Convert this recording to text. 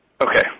Okay